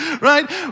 right